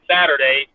Saturday